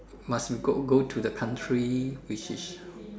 must go go to the country which is